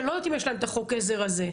שאני לא יודעת אם יש להן את חוק העזר הזה,